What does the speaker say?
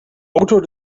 autor